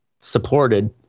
supported